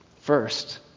First